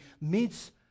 meets